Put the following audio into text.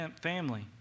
family